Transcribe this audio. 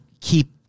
keep